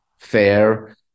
Fair